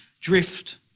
drift